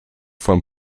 von